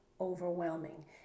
overwhelming